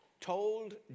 told